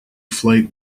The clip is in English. flight